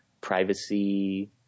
privacy